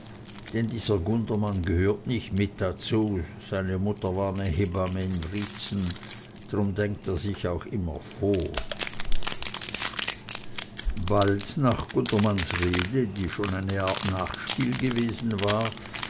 denn dieser gundermann gehört nicht mit dazu seine mutter war ne hebamme in wriezen drum drängt er sich auch immer vor bald nach gundermanns rede die schon eine art nachspiel gewesen war